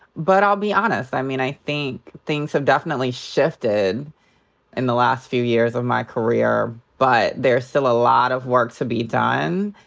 but i'll be honest. i mean, i think things have definitely shifted in the last few years of my career. but there's still a lot of work to be done.